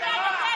מה זה הדבר הזה?